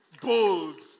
bold